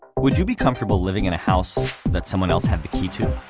would you be comfortable living in a house that someone else had the key to?